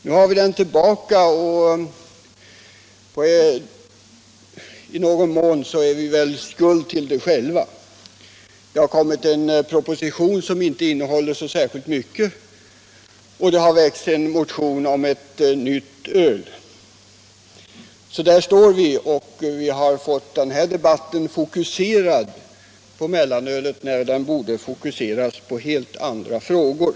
Nu har vi frågan tillbaka, och i någon mån är vi väl skuld till det själva. Det har kommit en proposition som inte innehåller särskilt mycket, och det har väckts en motion om ett nytt öl. Där står vi nu, och vi har fått den här debatten fokuserad på mellanölet när den borde fokuseras på helt andra frågor.